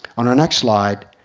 on our next slide,